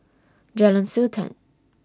Jalan Sultan